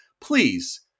please